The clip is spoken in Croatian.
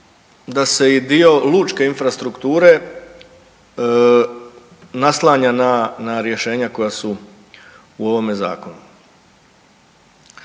da se i dio lučke infrastrukture naslanja na rješenja koja su u ovome zakonu.